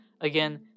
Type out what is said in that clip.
Again